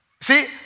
See